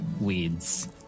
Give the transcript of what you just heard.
weeds